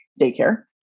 daycare